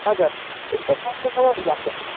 हजुर यस्तै पन्ध्र सयहरू लाग्छ